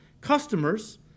customers